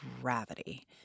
gravity